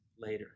later